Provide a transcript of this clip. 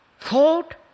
Thought